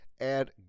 add